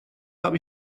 habe